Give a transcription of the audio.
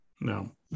No